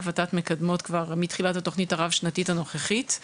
ות"ת מקדמות כבר מתחילת התכנית הרב שנתית הנוכחית,